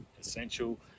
essential